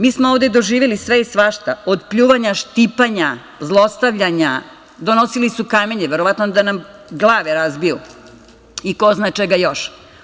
Mi smo ovde doživeli sve i svašta, od pljuvanja, štipanja, zlostavljanja, donosili su kamenje, verovatno da nam glave razbiju i ko zna čega još.